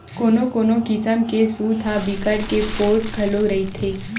कोनो कोनो किसम के सूत ह बिकट के पोठ घलो रहिथे